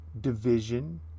division